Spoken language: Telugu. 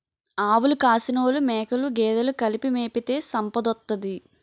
ఆవులు కాసినోలు మేకలు గేదెలు కలిపి మేపితే సంపదోత్తది